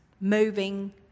moving